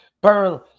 Burn